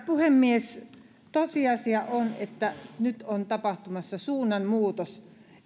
puhemies tosiasia on että nyt on tapahtumassa suunnanmuutos